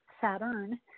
Saturn